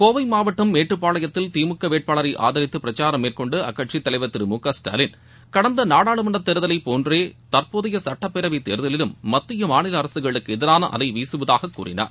கோவை மாவட்டம் மேட்டுப்பாளையத்தில் திமுக வேட்பாளரை ஆதரித்து பிரசாரம் மேற்கொண்ட அக்கட்சித்தலைவர் திரு மு க ஸ்டாலின் கடந்த நாடாளுமன்றத்தேர்தலை போன்றே தற்போதைய கட்டப்பேரவைத் தேர்தலிலும் மத்திய மாநில அரசுகளுக்கு எதிரான அலை வீசுவதாக கூறினார்